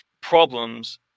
problems